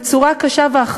בנשים,